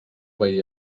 veí